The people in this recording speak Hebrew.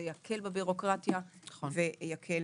זה יקל בבירוקרטיה ובתקציבים.